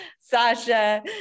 Sasha